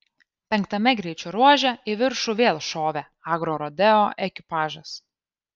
penktame greičio ruože į viršų vėl šovė agrorodeo ekipažas